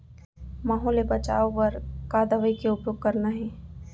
माहो ले बचाओ बर का दवई के उपयोग करना हे?